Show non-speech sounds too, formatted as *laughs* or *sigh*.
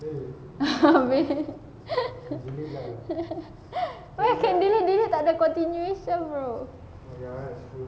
*laughs* where can delete delete takde continuation bro